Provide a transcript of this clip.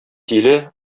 тиле